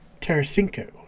Tarasenko